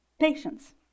patience